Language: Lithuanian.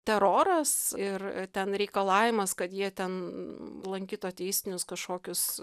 teroras ir ten reikalavimas kad jie ten lankytų ateistinius kažkokius